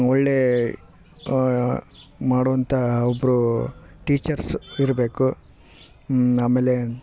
ಒಳ್ಳೇ ಮಾಡುವಂಥ ಒಬ್ಬರು ಟೀಚರ್ಸ್ ಇರಬೇಕು ಆಮೇಲೆ